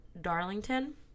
Darlington